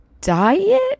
diet